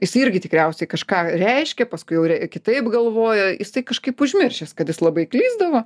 jisai irgi tikriausiai kažką reiškė paskui jau yra kitaip galvojo jisai kažkaip užmiršęs kad jis labai klysdavo